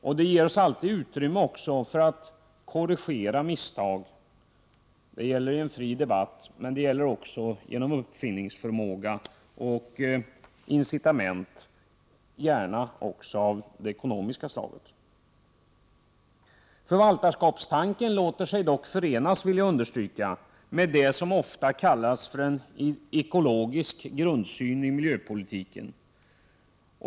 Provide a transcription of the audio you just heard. Det ger oss också alltid utrymme för att korrigera misstag, genom en fri debatt, men också genom uppfinningsförmåga och incitament — gärna också av det ekonomiska slaget. Förvaltarskapstanken låter sig dock förenas, vill jag understryka, med det som ofta kallas för en ekologisk grundsyn i miljöpolitiken.